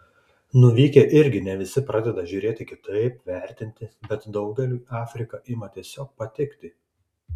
nuvykę irgi ne visi pradeda žiūrėti kitaip vertinti bet daugeliui afrika ima tiesiog patikti